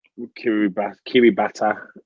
Kiribati